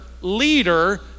leader